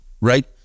Right